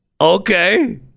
Okay